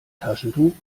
taschentuch